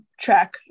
track